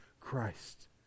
Christ